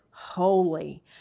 holy